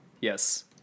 Yes